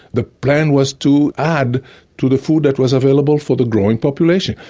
the plan was to add to the food that was available for the growing population.